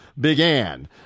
began